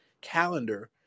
calendar